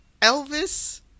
Elvis